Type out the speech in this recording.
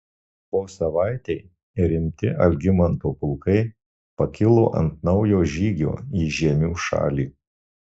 po savaitei rimti algimanto pulkai pakilo ant naujo žygio į žiemių šalį